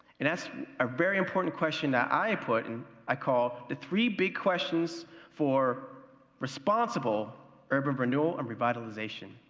and, that's a very important question that i put and i call the three big questions for responsible urban renewal and revitalization.